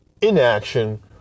inaction